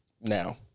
Now